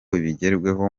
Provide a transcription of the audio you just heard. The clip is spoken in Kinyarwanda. bigerweho